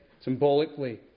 Symbolically